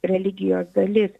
religijos dalis